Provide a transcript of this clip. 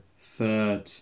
third